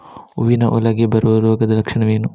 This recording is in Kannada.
ಹೂವಿನ ಬೆಳೆಗೆ ಬರುವ ರೋಗದ ಲಕ್ಷಣಗಳೇನು?